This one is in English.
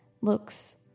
looks